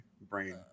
brain